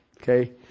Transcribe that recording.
Okay